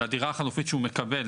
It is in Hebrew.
של הדירה החלופית שהוא מקבל,